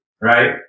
right